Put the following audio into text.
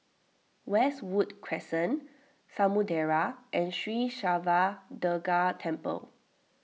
Westwood Crescent Samudera and Sri Siva Durga Temple